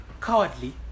cowardly